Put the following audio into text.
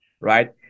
right